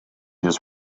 his